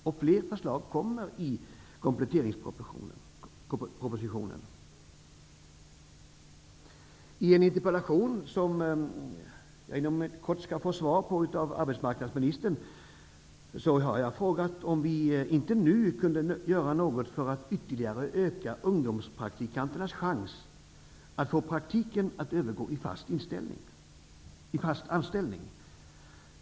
Och fler förslag kommer i kompletteringspropositionen. I en interpellation som jag inom kort skall få svar på av arbetsmarknadsministern har jag frågat om vi inte nu kunde göra något för att ytterligare öka ungdomspraktikanternas chans att få praktiken att övergå i fast anställning.